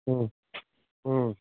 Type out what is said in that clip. ꯎꯝ ꯎꯝ